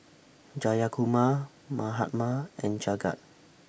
Jayakumar Mahatma and Jagat